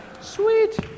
Sweet